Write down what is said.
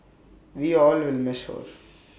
we'll all will miss her